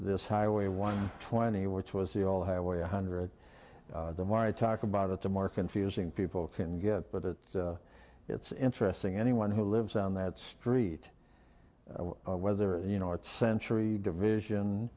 this highway one twenty which was the old highway one hundred the more i talk about it them are confusing people can get but it it's interesting anyone who lives on that street whether you know what century division